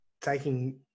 taking